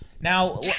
Now